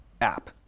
app